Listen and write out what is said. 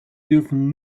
dürfen